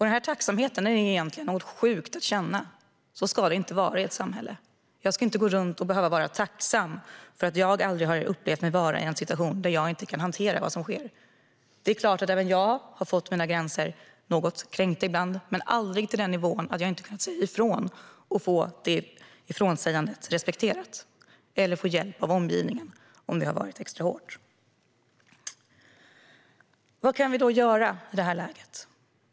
Den här tacksamheten är egentligen något sjukt att känna. Så ska det inte vara i ett samhälle. Jag ska inte gå runt och behöva vara tacksam för att jag aldrig har upplevt mig vara i en situation där jag inte kan hantera vad som sker. Det är klart att även jag har fått mina gränser något kränkta ibland men aldrig till den nivån att jag inte har kunnat säga ifrån och få det respekterat eller få hjälp av omgivningen om det har varit extra hårt. Vad kan vi då göra i det här läget?